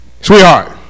Sweetheart